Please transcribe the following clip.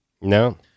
No